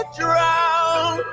drown